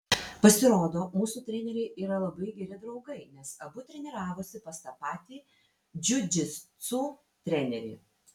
pasirodo mūsų treneriai yra labai geri draugai nes abu treniravosi pas tą patį džiudžitsu trenerį